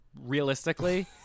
realistically